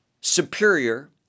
superior